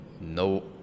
no